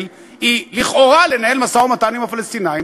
היא לכאורה לנהל משא-ומתן עם הפלסטינים,